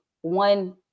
one